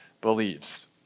believes